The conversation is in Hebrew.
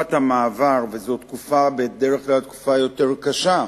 בתקופת המעבר בדרך כלל היא תקופה יותר קשה,